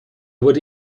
wurde